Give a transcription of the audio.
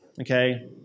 Okay